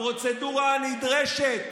הפרוצדורה הנדרשת,